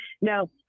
No